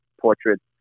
portraits